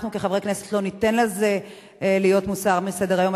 אנחנו כחברי כנסת לא ניתן לזה להיות מוסר מסדר-היום.